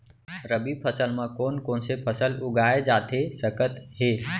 रबि फसल म कोन कोन से फसल उगाए जाथे सकत हे?